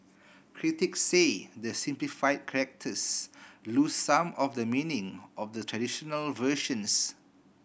critic say the simplify characters lose some of the meaning of the traditional versions